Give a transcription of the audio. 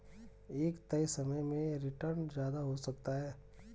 एक तय समय में रीटर्न ज्यादा हो सकता है